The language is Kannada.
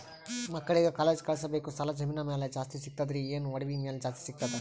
ಮಕ್ಕಳಿಗ ಕಾಲೇಜ್ ಕಳಸಬೇಕು, ಸಾಲ ಜಮೀನ ಮ್ಯಾಲ ಜಾಸ್ತಿ ಸಿಗ್ತದ್ರಿ, ಏನ ಒಡವಿ ಮ್ಯಾಲ ಜಾಸ್ತಿ ಸಿಗತದ?